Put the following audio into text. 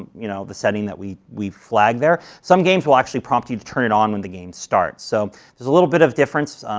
you know, the setting that we we flagged there. some games will actually prompt you to turn it on when the game starts, so there's a little bit of difference.